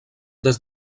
des